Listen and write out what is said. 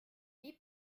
wie